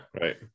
Right